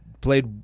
played